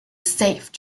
safe